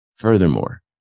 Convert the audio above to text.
Furthermore